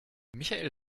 michael